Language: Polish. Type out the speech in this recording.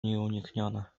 nieuniknione